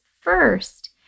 first